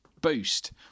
boost